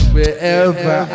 Wherever